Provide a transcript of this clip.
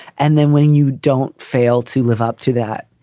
and then when you don't fail to live up to that,